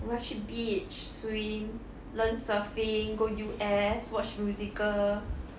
我们要去 beach swim learn surfing go U_S watch musical